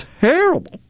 terrible